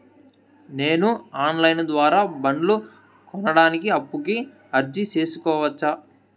నేను online ద్వారా బండ్లు కొనడానికి అప్పుకి అర్జీ సేసుకోవచ్చా?